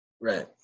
Right